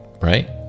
Right